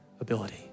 ability